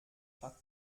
platt